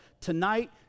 tonight